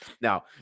Now